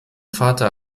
vater